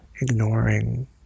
ignoring